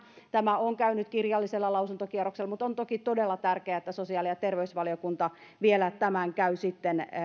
tämä on käynyt kirjallisella lausuntokierroksella mutta on toki todella tärkeää että sosiaali ja terveysvaliokunta vielä tämän käy